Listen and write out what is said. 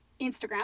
Instagram